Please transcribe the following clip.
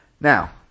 Now